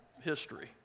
history